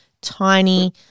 tiny